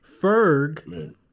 Ferg